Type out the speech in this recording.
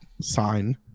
sign